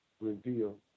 reveal